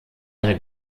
eine